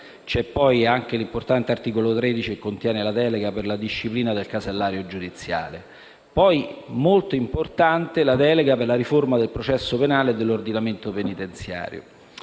C'è poi anche l'importante articolo 13, che contiene la delega per la disciplina del casellario giudiziale. Molto importante, poi, è la delega per la riforma del processo penale e dell'ordinamento penitenziario.